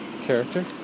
character